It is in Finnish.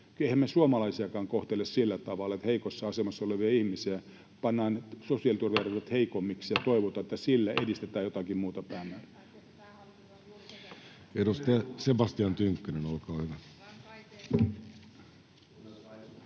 Emmehän me suomalaisiakaan kohtele sillä tavalla, että heikossa asemassa oleville ihmisille pannaan sosiaaliturvaverkot heikommiksi ja toivotaan, että sillä edistetään jotakin muuta päämäärää.